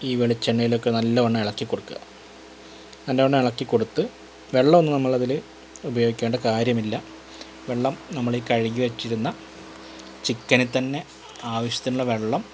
ഈ വെളിച്ചെണ്ണയിലേക്ക് നല്ലവണ്ണം ഇളക്കി കൊടുക്കുക നല്ലവണ്ണം ഇളക്കി കൊടുത്ത് വെള്ളം ഒന്നും നമ്മൾ അതിൽ ഉപയോഗിക്കേണ്ട കാര്യമില്ല വെള്ളം നമ്മളീ കഴുകി വെച്ചിരുന്ന ചിക്കനിൽത്തന്നെ ആവശ്യത്തിനുള്ള വെള്ളം